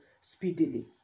speedily